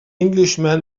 englishman